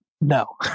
No